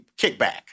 kickback